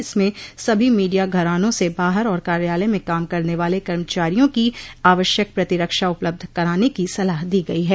इसमें सभी मीडिया घरानों से बाहर और कार्यालय में काम करने वाले कर्मचारियों की आवश्यक प्रतिरक्षा उपलब्ध कराने की सलाह दी गई है